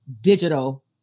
digital